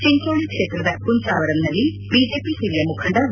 ಚಂಚೋಳಿ ಕ್ಷೇತ್ರದ ಕುಂಚಾವರಂನಲ್ಲಿ ಬಿಜೆಪಿ ಹಿರಿಯ ಮುಖಂಡ ವಿ